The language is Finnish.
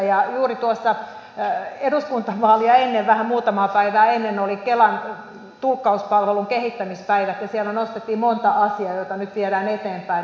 juuri tuossa ennen eduskuntavaaleja muutamaa päivää ennen oli kelan tulkkauspalvelun kehittämispäivät ja siellä nostettiin monta asiaa joita nyt viedään eteenpäin